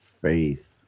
faith